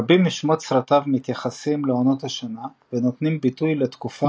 רבים משמות סרטיו מתייחסים לעונות השנה ונותנים ביטוי לתקופה